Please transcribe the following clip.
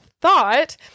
thought